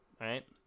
right